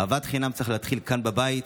אהבת חינם צריך להתחיל כאן בבית,